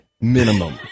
Minimum